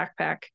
backpack